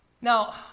Now